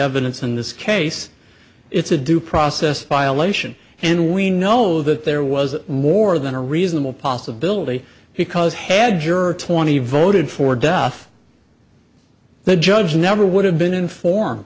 evidence in this case it's a due process violation and we know that there was more than a reasonable possibility because had juror twenty voted for death the judge never would have been informed